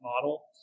model